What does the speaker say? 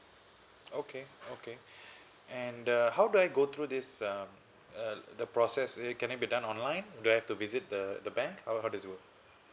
okay okay and uh how do I go through this uh uh the process can it be done online do I have to visit the the bank how how does it go